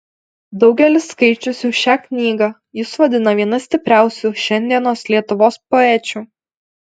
daugelis skaičiusių šią knygą jus vadina viena stipriausių šiandienos lietuvos poečių